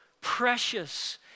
precious